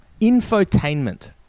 Infotainment